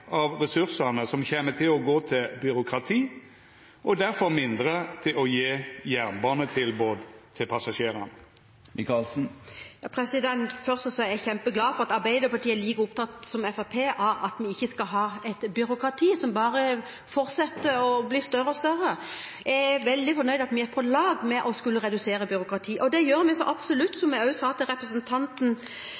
av ressursane no kjem til å gå til byråkrati, og derfor mindre til å gje jernbanetilbod til passasjerane? Først: Jeg er kjempeglad for at Arbeiderpartiet er like opptatt som Fremskrittspartiet av at vi ikke skal ha et byråkrati som bare fortsetter å bli større og større. Jeg er veldig fornøyd med at vi er på lag for å redusere byråkratiet, og det gjør vi absolutt.